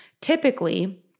Typically